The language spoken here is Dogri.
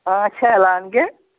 हां शैल आंह्नगे